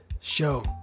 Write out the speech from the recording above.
show